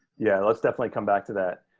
yeah, let's definitely come back to that.